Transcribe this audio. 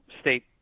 state